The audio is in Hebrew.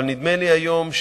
אבל נדמה לי היום,